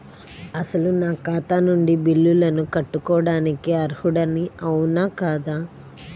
అసలు నా ఖాతా నుండి బిల్లులను కట్టుకోవటానికి అర్హుడని అవునా కాదా?